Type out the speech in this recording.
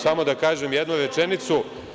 Samo da kažem jednu rečenicu.